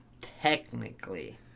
Technically